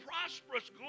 prosperous